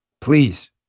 Please